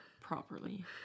properly